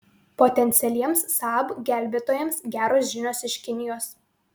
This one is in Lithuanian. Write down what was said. potencialiems saab gelbėtojams geros žinios iš kinijos